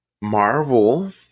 marvel